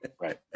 Right